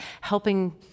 helping